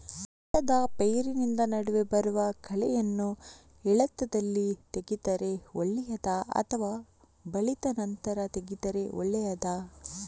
ಭತ್ತದ ಪೈರಿನ ನಡುವೆ ಬರುವ ಕಳೆಯನ್ನು ಎಳತ್ತಲ್ಲಿ ತೆಗೆದರೆ ಒಳ್ಳೆಯದಾ ಅಥವಾ ಬಲಿತ ನಂತರ ತೆಗೆದರೆ ಒಳ್ಳೆಯದಾ?